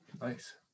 Nice